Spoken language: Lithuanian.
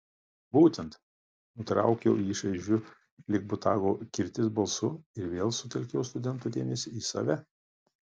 būtent nutraukiau jį šaižiu lyg botago kirtis balsu ir vėl sutelkiau studentų dėmesį į save